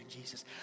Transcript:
Jesus